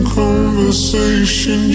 conversation